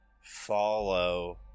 follow